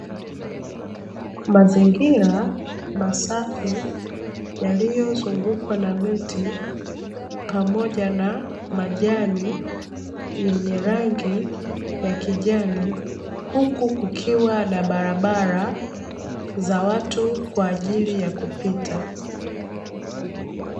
Mazingira masafi, yaliyozungukwa na miti pamoja na majani yenye rangi ya kijani, huku kukiwa na barabara za watu kwa ajili ya kupita.